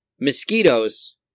mosquitoes